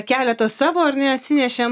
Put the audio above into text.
keletą savo ar ne atsinešėm